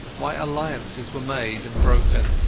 why alliances were made and broken,